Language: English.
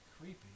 creepy